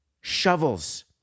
shovels